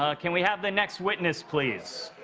ah can we have the next witness please?